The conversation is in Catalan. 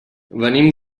venim